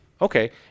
Okay